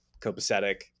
copacetic